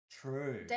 true